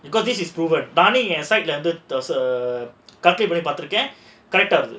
because this is proven பார்த்துருக்கேன்:paarthurukkaen character